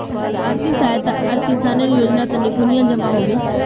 आर्थिक सहायता आर किसानेर योजना तने कुनियाँ जबा होबे?